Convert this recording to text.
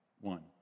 One